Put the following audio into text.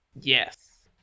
yes